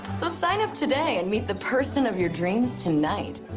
so sign up today and meet the person of your dreams tonight.